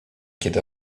kiedy